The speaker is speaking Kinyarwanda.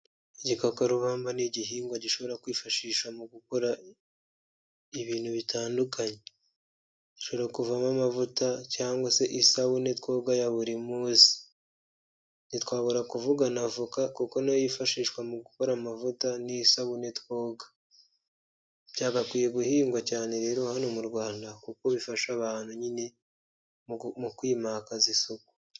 Igikakarubamba ni igihingwa gishobora kwifashisha mu gukora ibintu bitandukanye, gishobora kuvamo amavuta cyangwa se isabune twoga ya buri munsi, ntitwabura kuvuga na avoka kuko na yo yifashishwa mu gukora amavuta n'isabune twoga, byagakwiye guhingwa cyane rero hano mu Rwanda kuko bifasha abantu nyine mu kwimakaza isuku.